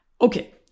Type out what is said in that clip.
Okay